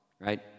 Right